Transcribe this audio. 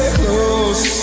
close